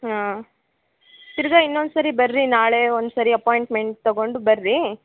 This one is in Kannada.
ಹಾಂ ತಿರುಗಾ ಇನ್ನೊಂದು ಸರಿ ಬರ್ರಿ ನಾಳೆ ಒಂದು ಸರಿ ಅಪಾಯಿಂಟ್ಮೆಂಟ್ ತಗೊಂಡು ಬರ್ರೀ